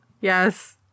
Yes